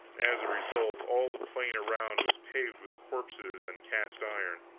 as a result, all the plain around was paved with corpses and cast-iron.